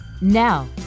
Now